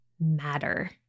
matter